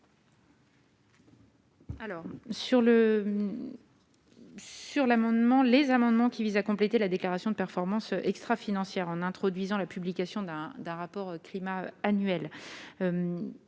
le, sur l'amendement les amendements qui visent à compléter la déclaration de performance extra- financière en introduisant la publication d'un d'un rapport Climat annuel